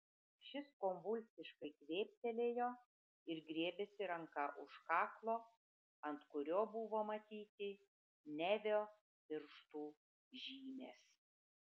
šis konvulsiškai kvėptelėjo ir griebėsi ranka už kaklo ant kurio buvo matyti nevio pirštų žymės